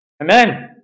Amen